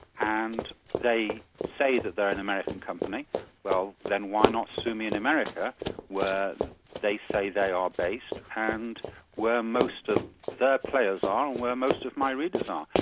and they say that they're an american company well, then why not sue me in america where they say they are based, and where most of their players are, and where most of my readers are.